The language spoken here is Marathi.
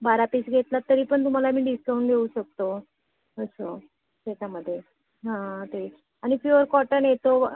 बारा पीस घेतलात तरी पण तुम्हाला मी डिस्काउंट देऊ शकतो असं त्याच्यामध्ये हां ते आणि प्युअर कॉटन येतो